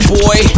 boy